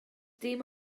dim